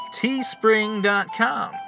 Teespring.com